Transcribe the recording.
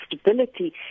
stability